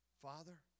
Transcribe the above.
Father